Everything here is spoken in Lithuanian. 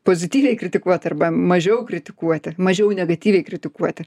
pozityviai kritikuot arba mažiau kritikuoti mažiau negatyviai kritikuoti